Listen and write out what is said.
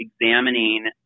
examining